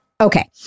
Okay